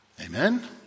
Amen